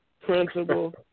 principal